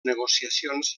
negociacions